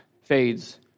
fades